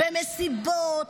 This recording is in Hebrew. במסיבות,